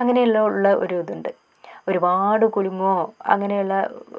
അങ്ങനെയുള്ള ഉള്ള ഒരു ഇതുണ്ട് ഒരുപാട് കുലുങ്ങോ അങ്ങനെയുള്ള